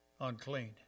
unclean